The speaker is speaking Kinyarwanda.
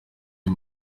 ayo